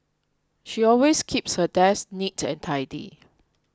she always keeps her desk neat and tidy